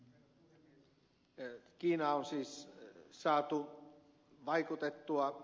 kiinaan on siis saatu vaikutettua